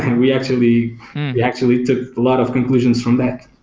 and we actually we actually took a lot of conclusions from that.